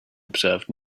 observed